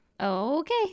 Okay